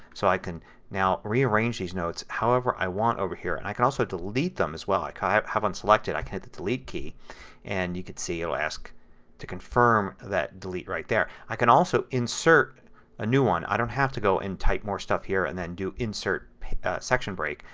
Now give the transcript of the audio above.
so i can now rearrange these notes however i want over here. and i can also delete them as well. i i have have one selected. i can hit the delete key and you can see it will ask to confirm that delete right there. i can also insert a new one. i don't have to go and type more stuff here and then do insert section break.